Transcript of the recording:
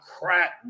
crack